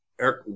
Eric